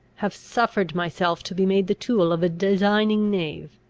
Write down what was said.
have suffered myself to be made the tool of a designing knave.